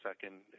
second